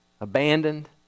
Abandoned